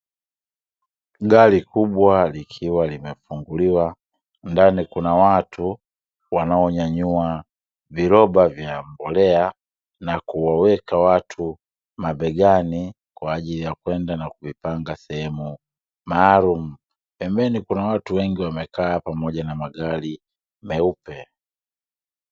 Gari kubwa likiwa limefunguliwa, ndani kuna watu wanaonyanyua viroba vya mbolea na kuweka watu mabegani kwa ajili ya kwenda na kuipanga sehemu maalumu. Pembeni kuna watu wengi wamekaa pamoja na magari meupe.